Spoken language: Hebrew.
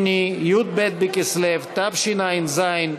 58, בצירוף קולו של השר דוד אזולאי,